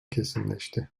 kesinleşti